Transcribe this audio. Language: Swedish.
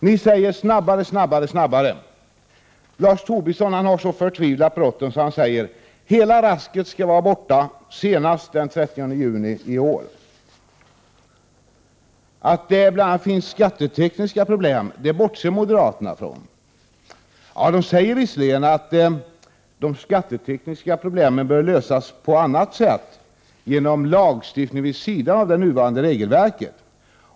Ni säger snabbare, snabbare, snabbare! Lars Tobisson har så förtvivlat bråttom att han säger: Hela rasket skall vara borta senast den 30 juni 1989. Att det bl.a. finns skattetekniska problem bortser moderaterna från. Ja, de säger visserligen att de skattetekniska problemen bör lösas på annat sätt genom lagstiftning vid sidan av det nuvarande regelverket.